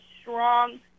strong